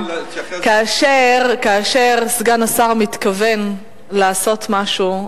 כאשר סגן השר מתכוון לעשות משהו,